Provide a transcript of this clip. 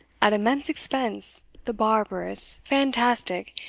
at immense expense, the barbarous, fantastic,